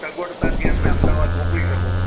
સગવડતાથી અમને અમદાવાદ મોકલી શકો